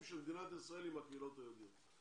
של מדינת ישראל עם הקהילות היהודיות.